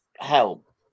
help